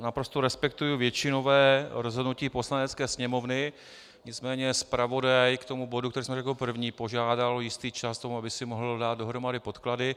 Já naprosto respektuji většinové rozhodnutí Poslanecké sněmovny, nicméně zpravodaj k tomu bodu, který jsme měli jako první, požádal o jistý čas k tomu, aby si mohl dát dohromady podklady.